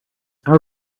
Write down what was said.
our